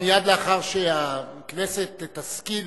מייד לאחר שהכנסת תשכיל